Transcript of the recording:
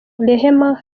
rehema